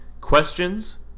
Questions